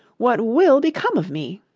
what will become of me